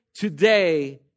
today